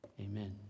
Amen